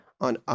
on